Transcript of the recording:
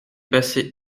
passé